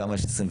כמה יש ב-2024?